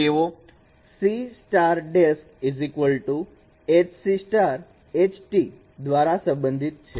તેઓ C HC H T દ્વારા સંબંધિત છે